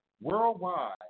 worldwide